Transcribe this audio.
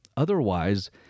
Otherwise